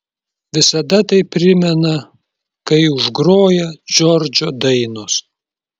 visada tai primena kai užgroja džordžo dainos